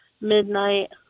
midnight